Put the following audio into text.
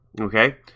Okay